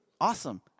awesome